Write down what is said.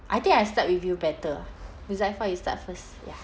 I think I start with you better ah muzaffar you start first ya